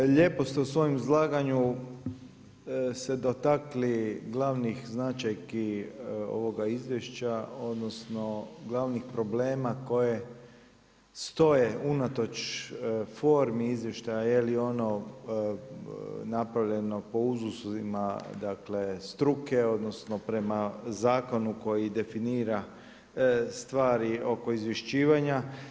Lijepo ste u svom izlaganju se dotakli glavnih značajki ovoga izvješća odnosno glavnih problema koje stoje unatoč formi izvještaja jeli ono napravljeno po uzusima, dakle struke, odnosno prema zakonu koji definira stvari oko izvješćivanja.